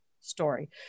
story